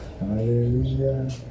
Hallelujah